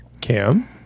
Cam